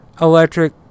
electric